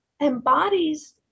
embodies